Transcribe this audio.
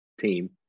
team